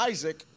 Isaac